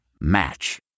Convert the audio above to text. Match